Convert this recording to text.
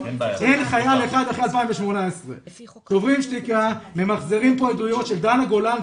אין חייל אחד אחרי 2018. "שוברים שתיקה" ממחזרים פה עדויות של דנה גולן,